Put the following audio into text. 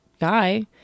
guy